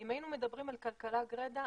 אם היינו מדברים על כלכלה גרידא,